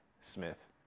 Smith